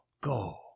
Go